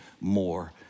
more